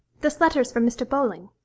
this letter is from mr. bowling.